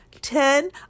ten